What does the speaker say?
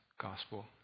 gospel